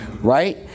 right